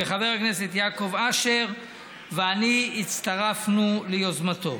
וחבר הכנסת יעקב אשר ואני הצטרפנו ליוזמתו.